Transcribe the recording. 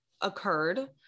occurred